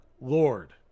Lord